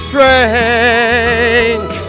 Frank